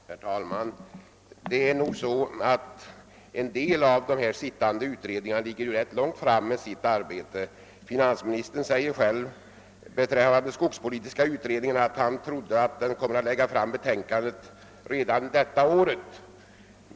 Herr talman! Det är nog så att en del av de sittande utredningarna har hunnit ganska långt i sitt arbete. Finansministern säger själv beträffande skogspolitiska utredningen att den troligen kommer att lägga fram sitt betänkande redan detta år.